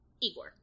Igor